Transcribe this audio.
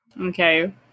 Okay